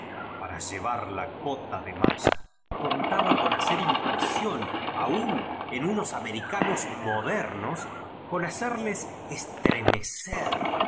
para llevar la cota de malla contaba con hacer impresión aun en unos americanos modernos con hacerles estremecer